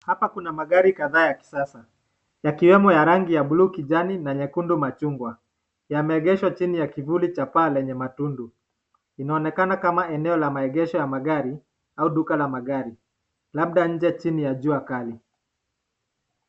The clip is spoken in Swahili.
Hapa kuna magari kadhaa ya kisasa yakiwemo ya rangi ya blue kijani na nyekundu machungwa. Yameegeshwa chini ya kivuli cha paa lenye matundu. Inaonekana kama eneo la maegesho ya magari au duka la magari labda nje chini ya jua kali.